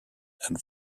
and